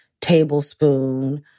tablespoon